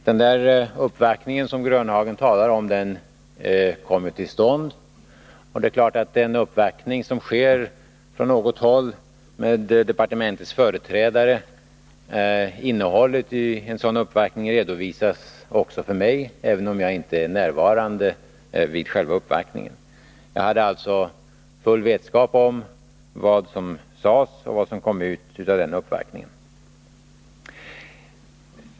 Den uppvaktning som Nils-Olof Grönhagen talade om kom till stånd. Det är klart att innehållet i en uppvaktning från något håll för departementets företrädare redovisas för mig, om jag inte är närvarande vid själva uppvaktningen. Jag hade alltså full vetskap om vad som sades vid och vad som blev resultatet av den uppvaktningen.